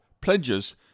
pledges